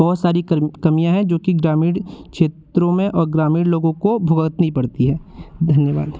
बहुत सारी कमियाँ हैं जो कि ग्रामीण क्षेत्रों में और ग्रामीण लोगों को भुगतनी पड़ती है धन्यवाद